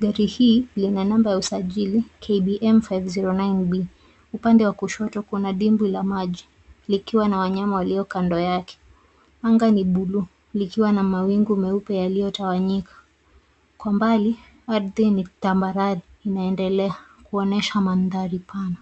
,gari hii lina namba ya usajili KBM 509B upande wa kushoto kuna dimbwi la maji likiwa na wanyama walio kando yake, anga ni buluu likiwa na mawingu meupe yaliyotawanyika kwa mbali ardhi ni tambarare inaendelea kuonyesha mandhari pana.